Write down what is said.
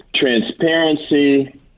transparency